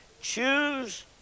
Choose